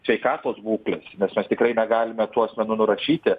sveikatos būklės nes mes tikrai negalime tų asmenų nurašyti